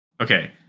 Okay